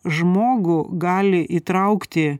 žmogų gali įtraukti